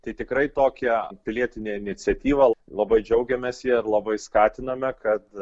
tai tikrai tokia pilietinė iniciatyva labai džiaugiamės ja ir labai skatiname kad